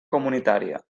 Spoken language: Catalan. comunitària